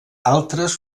altres